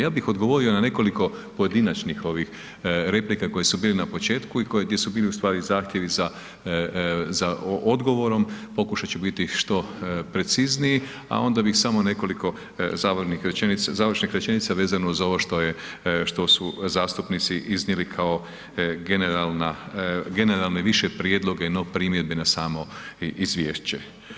Ja bih odgovorio na nekoliko pojedinačnih ovih replika koje su bili na početku i koje su, gdje su bili u stvari zahtjevi za odgovorom, pokušat ću biti što precizniji, a onda bih samo nekoliko završnih rečenica vezano uz ovo što su zastupnici iznijeli kao generalni više prijedloge no primjedbe na samo izvješće.